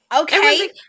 Okay